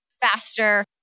faster